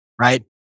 right